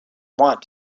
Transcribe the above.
want